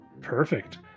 Perfect